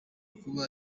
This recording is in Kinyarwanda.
kuba